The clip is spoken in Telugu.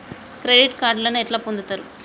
క్రెడిట్ కార్డులను ఎట్లా పొందుతరు?